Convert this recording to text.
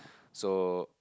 so